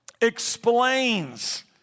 explains